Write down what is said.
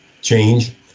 change